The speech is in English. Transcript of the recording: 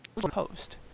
Post